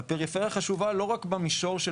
הפריפריה חשובה לא רק במישור,